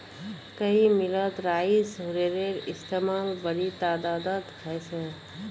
कई मिलत राइस हुलरेर इस्तेमाल बड़ी तदादत ह छे